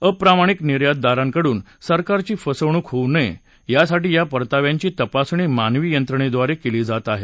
अप्रामाणिक निर्यातदारांकडून सरकारची फसवणूक होऊ नये यासाठी या परताव्यांची तपासणी मानवी यंत्रणेद्वारे केली जात आहे